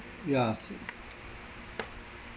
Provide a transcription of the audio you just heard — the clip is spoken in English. yeah so